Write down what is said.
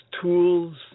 tools